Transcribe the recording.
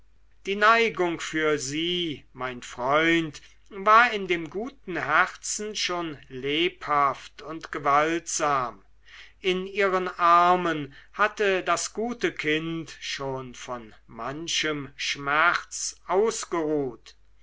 die neigung für sie mein freund war in dem guten herzen schon lebhaft und gewaltsam in ihren armen hatte das gute kind schon von manchem schmerz ausgeruht